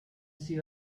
she